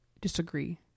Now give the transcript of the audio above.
disagree